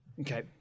Okay